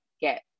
get